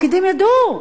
הפקידים ידעו.